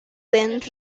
and